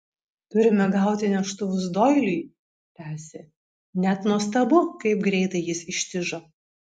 turime gauti neštuvus doiliui tęsė net nuostabu kaip greitai jis ištižo